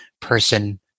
person